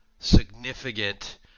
significant